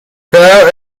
fair